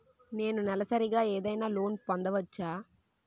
నేను నెలసరిగా ఏదైనా లోన్ పొందవచ్చా?